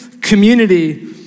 community